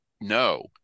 no